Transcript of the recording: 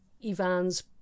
Ivan's